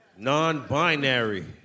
non-binary